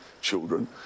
children